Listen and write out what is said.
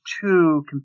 two